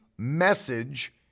message